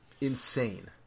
insane